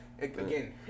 again